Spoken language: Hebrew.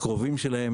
הקרובים שלהם,